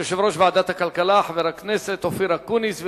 יושב-ראש ועדת הכלכלה חבר הכנסת אופיר אקוניס,